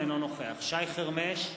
אינו נוכח שי חרמש,